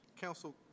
Council